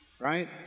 right